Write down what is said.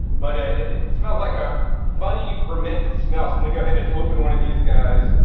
but ah it smells like a funny fermented smell. so let me go ahead and open one of these guys,